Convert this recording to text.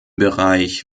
bereich